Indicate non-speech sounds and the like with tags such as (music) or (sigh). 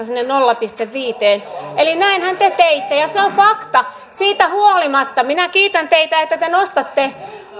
(unintelligible) sinne nolla pilkku viiteen näinhän te teitte ja se on fakta siitä huolimatta minä kiitän teitä että te nostatte